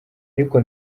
ariko